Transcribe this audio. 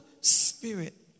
spirit